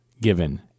given